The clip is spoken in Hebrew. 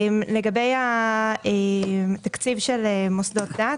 לגבי התקציב של מוסדות דת,